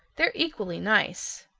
they're equally nice.